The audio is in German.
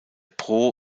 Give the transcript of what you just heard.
pro